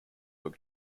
were